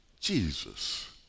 Jesus